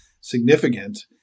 significant